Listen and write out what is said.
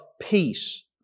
peace